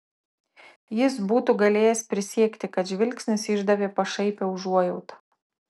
jis būtų galėjęs prisiekti kad žvilgsnis išdavė pašaipią užuojautą